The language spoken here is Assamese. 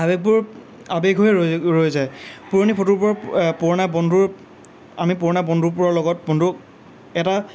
আবেগবোৰ আবেগ হৈয়ে ৰৈ ৰৈ যায় পুৰণি ফটোবোৰৰ পুৰণা বন্ধুৰ আমি পুৰণা বন্ধুবোৰৰ লগত বন্ধু এটা